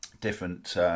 different